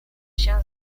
się